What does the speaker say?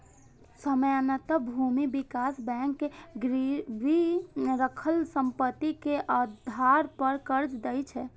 सामान्यतः भूमि विकास बैंक गिरवी राखल संपत्ति के आधार पर कर्ज दै छै